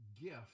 gift